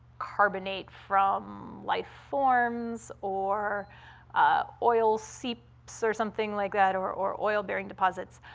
carbonate from life forms or oil seeps or something like that or or oil-bearing deposits,